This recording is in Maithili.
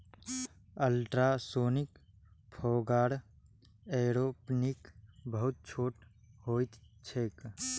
अल्ट्रासोनिक फोगर एयरोपोनिक बहुत छोट होइत छैक